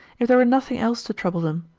if there were nothing else to trouble them,